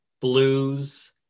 blues